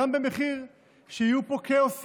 גם במחיר שיהיה פה כאוס,